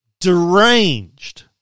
deranged